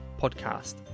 podcast